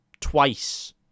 twice